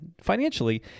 financially